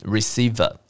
Receiver